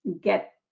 get